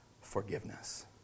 forgiveness